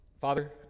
Father